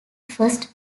first